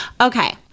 Okay